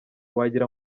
wagira